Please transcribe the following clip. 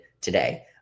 today